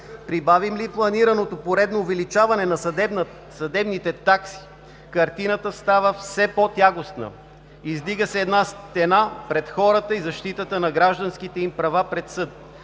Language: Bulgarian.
Прибавим ли планираното поредно увеличаване на съдебните такси, картината става все по-тягостна. Издига се една стена пред хората и защитата на гражданските им права пред съд.